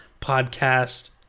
podcast